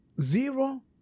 zero